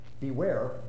Beware